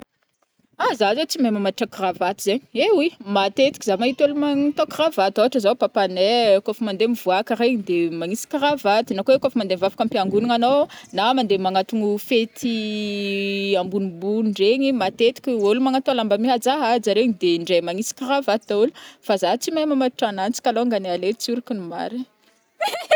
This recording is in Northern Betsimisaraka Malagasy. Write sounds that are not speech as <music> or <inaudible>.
<hesitation> Za zai tsy mahay mamatotra cravatte zai, et oui matetika za maita olo man-tô- cravatte ôtra zao papanay kôa fa mande mivoaka regny de magnisy cravatte na koa oe kô fa mande mivavaka ampiangonagna anô, na mande magnantono fety <hesitation> ambonimbony ndregny matetiky ôlo magnatô lamba mihajahaja regny de ndrai magnisy cravatte daôlo fa za tsy mahay mamatotra ananji kalôngany aleo tsoriko ny marigny. <laughs>